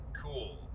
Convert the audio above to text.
cool